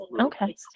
Okay